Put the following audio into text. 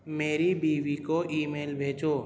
میری بیوی کو ای میل بھیجو